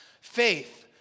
Faith